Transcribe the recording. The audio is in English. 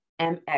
MX